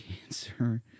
cancer